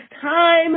time